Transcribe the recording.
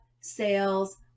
Sales